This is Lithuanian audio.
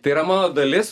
tai yra mano dalis